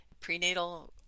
prenatal